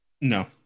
No